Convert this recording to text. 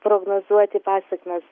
prognozuoti pasekmes